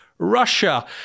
Russia